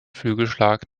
flügelschlag